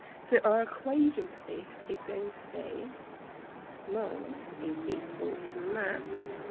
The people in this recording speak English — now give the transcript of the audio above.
so our equation for this is going to be moles is equal to mass